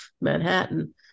Manhattan